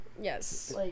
Yes